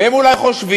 והם אולי חושבים